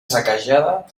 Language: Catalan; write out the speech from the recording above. saquejada